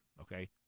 okay